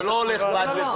זה לא הולך בד בבד.